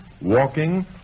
walking